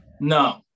No